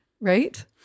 Right